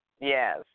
Yes